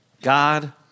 God